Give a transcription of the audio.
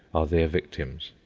are their victims.